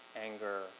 anger